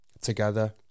together